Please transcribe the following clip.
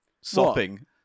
Sopping